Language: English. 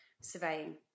surveying